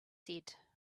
said